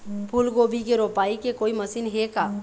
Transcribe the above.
फूलगोभी के रोपाई के कोई मशीन हे का?